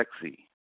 sexy